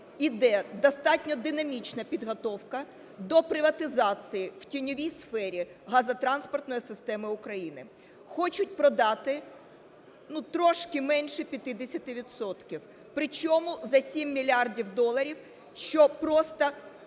іде достатньо динамічна підготовка до приватизації в тіньовій сфері газотранспортної системи України. Хочуть продати, ну, трошки менше 50 відсотків, причому за 7 мільярдів доларів, що просто,